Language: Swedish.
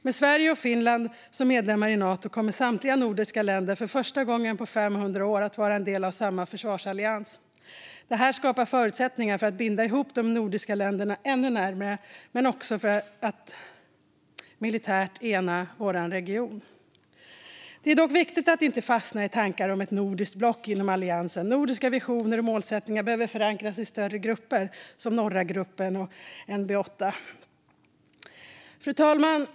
Med Sverige och Finland som medlemmar i Nato kommer samtliga nordiska länder för första gången på 500 år att vara en del av samma försvarsallians. Detta skapar förutsättningar för att binda ihop de nordiska länderna ännu närmare men också för att militärt ena vår region. Det är dock viktigt att inte fastna i tankar om ett nordiskt block inom alliansen. Nordiska visioner och målsättningar behöver förankras i större grupper som Norra gruppen och NB8. Fru talman!